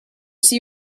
see